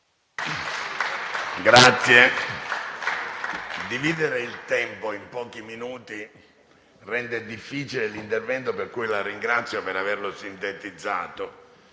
Dividere il tempo in pochi minuti rende difficile l'intervento, per cui la ringrazio per averlo sintetizzato,